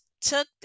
took